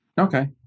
Okay